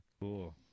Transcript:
Cool